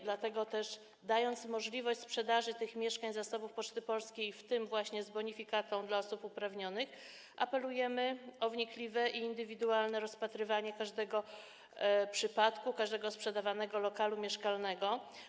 Dlatego też dając możliwość sprzedaży tych mieszkań z zasobów Poczty Polskiej, w tym właśnie z bonifikatą dla osób uprawnionych, apelujemy o wnikliwe i indywidualne rozpatrywanie każdego przypadku sprzedawanego lokalu mieszkalnego.